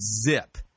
zip